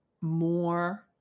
more